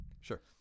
Sure